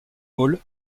hall